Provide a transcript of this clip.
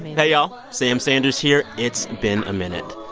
hey, y'all, sam sanders here, it's been a minute.